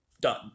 Done